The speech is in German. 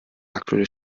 aktuelle